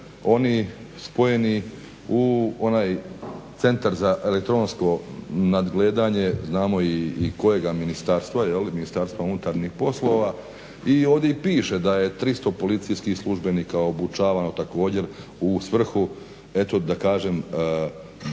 oni spojeni u onaj Centar za elektronsko nadgledanje, znamo i kojega ministarstva jeli, MUP-a i ovdje piše da je 300 policijskih službenika obučavano također u svrhu eto da kažem